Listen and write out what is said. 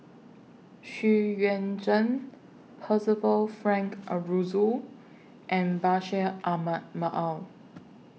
Xu Yuan Zhen Percival Frank Aroozoo and Bashir Ahmad Mallal